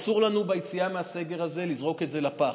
אסור לנו ביציאה מהסגר הזה לזרוק את זה לפח.